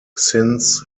since